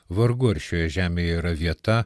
vargu ar šioje žemėje yra vieta